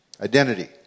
Identity